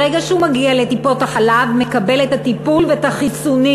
ברגע שהוא מגיע לטיפות-החלב הוא מקבל את הטיפול ואת החיסונים.